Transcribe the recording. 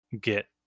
get